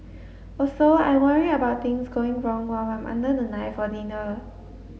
also I worry about things going wrong while I'm under the knife or needle